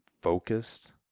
focused